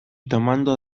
tomando